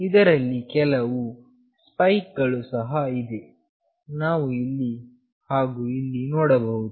ಇದರಲ್ಲಿ ಕೆಲವು ಸ್ಪೈಕ್ ಗಳು ಸಹ ಇದೆ ನಾವು ಇಲ್ಲಿ ಹಾಗು ಇಲ್ಲಿ ನೋಡಬಹುದು